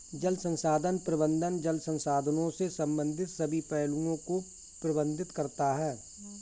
जल संसाधन प्रबंधन जल संसाधनों से संबंधित सभी पहलुओं को प्रबंधित करता है